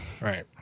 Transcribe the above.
Right